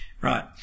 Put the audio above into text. right